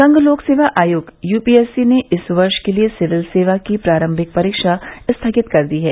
संघ लोक सेवा आयोग यूपीएससी ने इस वर्ष के लिए सिविल सेवा की प्रारंभिक परीक्षा स्थगित कर दी है